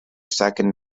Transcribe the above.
second